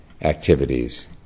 activities